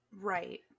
Right